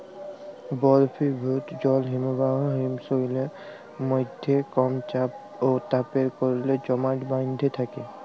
বরফিভুত জল হিমবাহ হিমশৈলের মইধ্যে কম চাপ অ তাপের কারলে জমাট বাঁইধ্যে থ্যাকে